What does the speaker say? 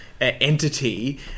entity